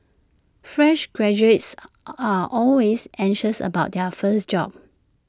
fresh graduates are always anxious about their first job